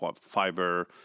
fiber